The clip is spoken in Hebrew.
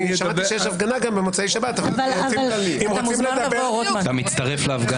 שמעתי שיש גם הפגנה במוצאי שבת -- אתה מצטרף להפגנה?